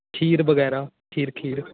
ਖੀਰ ਵਗੈਰਾ ਖੀਰ ਖੀਰ